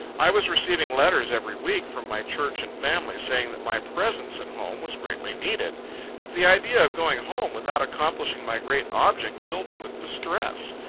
i was receiving letters every week from my church and family, saying that my presence at home was greatly needed but the idea of going home without accomplishing my great object, filled me with distress.